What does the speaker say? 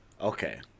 Okay